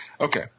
Okay